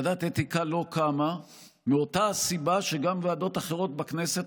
ועדת אתיקה לא קמה מאותה הסיבה שגם ועדות אחרות בכנסת,